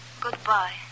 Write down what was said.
Goodbye